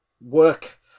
work